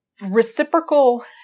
reciprocal